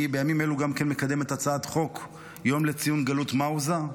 בימים אלו אני גם כן מקדם הצעת חוק יום לציון גלות מוזע,